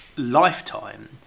lifetime